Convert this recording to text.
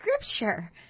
scripture